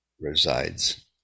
resides